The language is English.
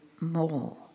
more